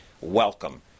Welcome